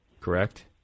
correct